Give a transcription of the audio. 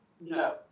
No